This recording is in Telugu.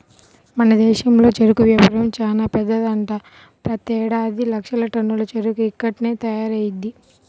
మన దేశంలో చెరుకు వ్యాపారం చానా పెద్దదంట, ప్రతేడాది లక్షల టన్నుల చెరుకు ఇక్కడ్నే తయారయ్యిద్ది